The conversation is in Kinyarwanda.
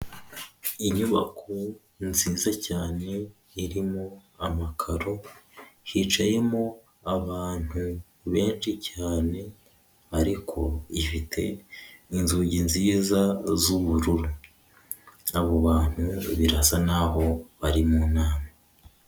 Inyubako nziza cyane irimo amakaro hicayemo abantu benshi cyane ariko ifite inzugi nziza z'ubururu, abo bantu birasa naho bari mu nama.